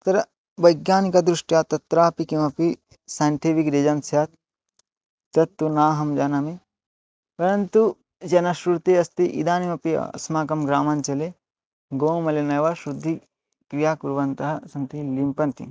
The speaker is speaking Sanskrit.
तत्र वैज्ञानिकदृष्ट्या तत्रापि किमपि सैण्टिपिक् रिजन् स्यात् तत्तु नाहं जानामि परन्तु जनश्रुतिः अस्ति इदानीमपि अस्माकं ग्रामाञ्चले गोमलिनेनैव शुद्धिक्रियां कुर्वन्तः सन्ति लिम्पन्ति